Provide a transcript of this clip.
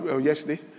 yesterday